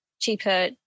cheaper